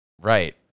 Right